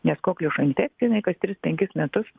nes kokliušo infekcija jinai kas tris penkis metus